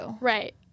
Right